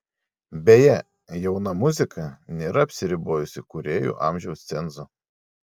beje jauna muzika nėra apsiribojusi kūrėjų amžiaus cenzu